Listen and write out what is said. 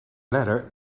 letter